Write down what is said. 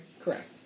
Correct